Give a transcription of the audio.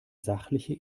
sachliche